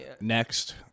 next